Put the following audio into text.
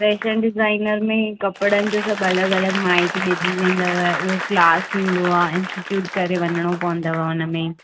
fashion designer में कपिड़नि जो सभु अलॻि अलॻि माहीती ॾिनी वेंदव उहो क्लास थींदो आहे इंस्टीट्युट करे वञिणो पवंदुव उनमें